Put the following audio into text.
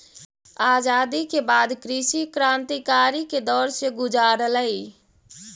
आज़ादी के बाद कृषि क्रन्तिकारी के दौर से गुज़ारलई